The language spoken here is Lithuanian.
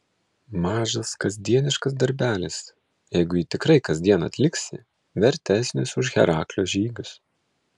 mažas kasdieniškas darbelis jeigu jį tikrai kasdien atliksi vertesnis už heraklio žygius